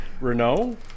Renault